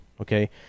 Okay